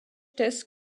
test